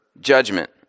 judgment